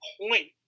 point